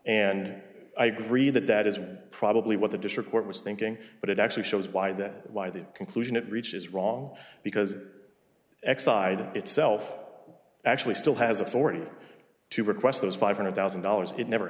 and i agree that that is probably what the district court was thinking but it actually shows why this why the conclusion it reaches wrong because exide itself actually still has authority to request those five hundred thousand dollars it never